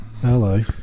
hello